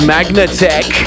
Magnatech